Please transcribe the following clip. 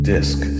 Disc